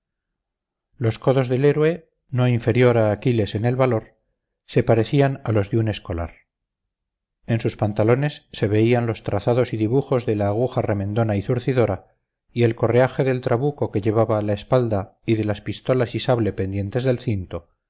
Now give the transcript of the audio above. los codos del héroe no inferior a aquiles en el valor se parecían a los de un escolar en sus pantalones se veían los trazados y dibujos de la aguja remendona y zurcidora y el correaje del trabuco que llevaba a la espalda y de las pistolas y sable pendientes del cinto